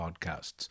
podcasts